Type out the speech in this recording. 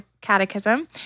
Catechism